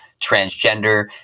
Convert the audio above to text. transgender